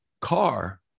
car